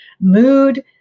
mood